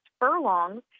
furlongs